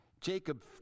Jacob